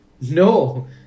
no